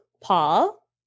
Paul